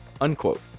Unquote